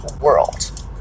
World